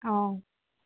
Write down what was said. অ'